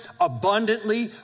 abundantly